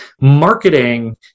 marketing